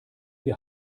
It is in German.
wir